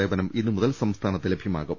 സേവനം ഇന്നു മുതൽ സംസ്ഥാനത്ത് ലഭ്യമാകും